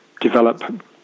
develop